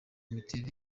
miterere